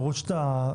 ביקשת לדבר.